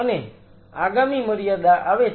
અને આગામી મર્યાદા આવે છે